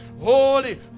holy